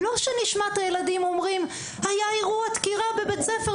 לא שנשמע את הילדים אומרים היה אירוע דקירה בבית-ספר,